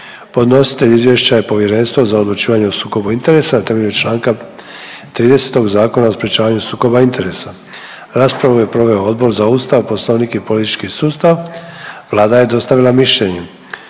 Podnositelj izvješća je Povjerenstvo za odlučivanje o sukobu interesa na temelju čl. 30. Zakona o sprečavanju sukoba interesa. Raspravu je proveo Odbor za Ustav, poslovnik i politički sustav. Vlada je dostavila mišljenje.